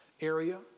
area